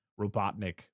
robotnik